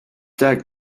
that